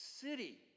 city